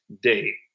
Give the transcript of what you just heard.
day